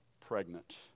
pregnant